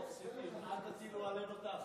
תסלח לי, אבל זה לא נראה כך.